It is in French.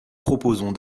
proposons